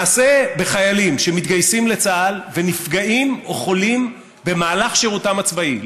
מעשה בחיילים שמתגייסים לצה"ל ונפגעים או חולים במהלך שירותם הצבאי.